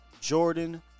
Jordan